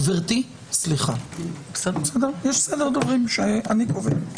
גברתי, סליחה, יש סדר דוברים שאני קובע.